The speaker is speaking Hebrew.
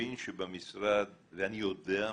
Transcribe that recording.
מבין שבמשרד ואני יודע,